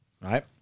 right